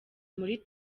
muri